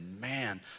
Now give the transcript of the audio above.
man